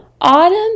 autumn